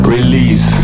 Release